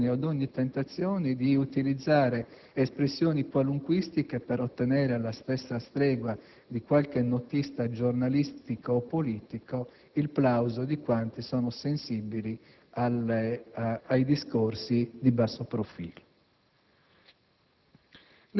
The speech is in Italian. a ogni pulsione, ad ogni tentazione di utilizzare espressioni qualunquistiche per ottenere, alla stessa stregua di qualche notista giornalistico o politico, il plauso di quanti sono sensibili ai discorsi di basso profilo.